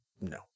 No